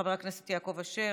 חבר הכנסת יעקב אשר,